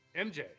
mj